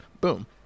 Boom